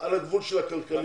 על גבול הכלכלי.